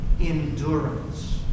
endurance